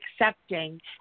accepting